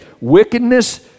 Wickedness